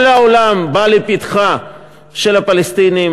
כל העולם בא לפתחם של הפלסטינים,